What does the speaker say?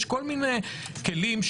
יש כל מיני כלים.